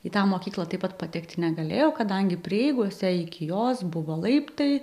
į tą mokyklą taip pat patekti negalėjau kadangi prieigose iki jos buvo laiptai